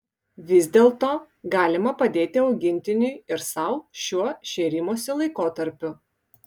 vis dėlto galima padėti augintiniui ir sau šiuo šėrimosi laikotarpiu